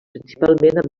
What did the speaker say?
principalment